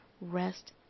Rest